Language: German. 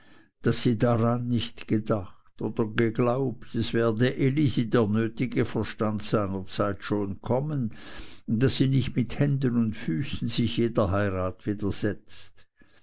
daß sie daran nicht gedacht oder geglaubt es werde elisi der nötige verstand seinerzeit schon kommen daß sie nicht mit händen und füßen sich jeder heirat widersetzt